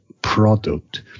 Product